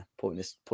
pointless